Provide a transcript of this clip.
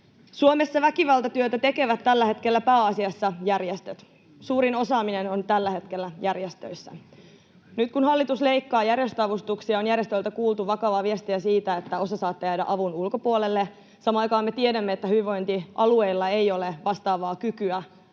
Suomessa väkivaltatyötä tekevät tällä hetkellä pääasiassa järjestöt. Suurin osaaminen on tällä hetkellä järjestöissä. Nyt kun hallitus leikkaa järjestöavustuksia, on järjestöiltä kuultu vakavaa viestiä siitä, että osa saattaa jäädä avun ulkopuolelle. Samaan aikaan me tiedämme, että hyvinvointialueilla ei ole vastaavaa kykyä